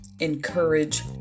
encourage